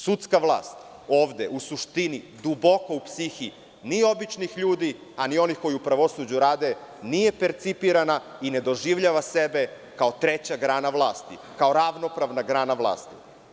Sudska vlast ovde, u suštini, duboko u psihi ni običnih ljudi, a ni onih koji u pravosuđu rade nije percipirana i ne doživljava sebe kao treća grana vlasti, kao ravnopravna grana vlasti.